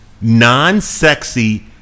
non-sexy